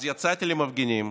אז יצאתי למפגינים,